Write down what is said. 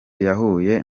yahuye